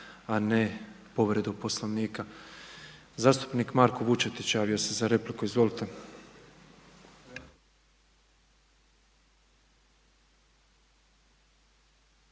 a ne povredu Poslovnika. Zastupnik Marko Vučetić javio se za repliku. Izvolite.